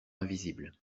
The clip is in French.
invisible